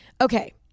Okay